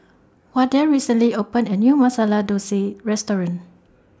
Wardell recently opened A New Masala Dosa Restaurant